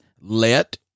Let